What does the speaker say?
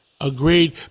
Agreed